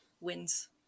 wins